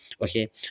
okay